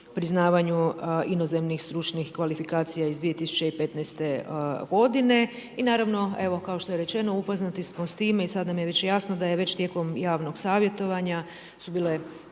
priznavanju inozemnih stručnih kvalifikacija iz 2015. godine i naravno evo kao što je rečeno upoznati smo s time i sad nam je već jasno da je već tijekom javnog savjetovanja su bile